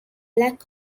lack